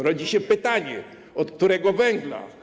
Rodzi się pytanie: Od którego węgla?